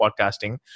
podcasting